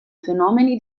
fenomeni